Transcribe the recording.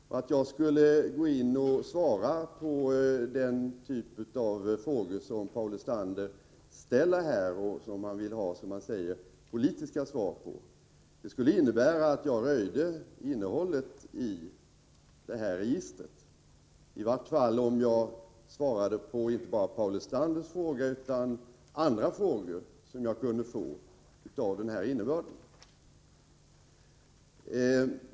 Om jag svarade på den typ av frågor som Paul Lestander ställer här och som han vill ha, som han säger, politiska svar på, skulle det innebära att jag röjde innehållet i registret, i vart fall om jag svarade inte bara på Paul Lestanders frågor utan även andra frågor som jag kunde få av den innebörden.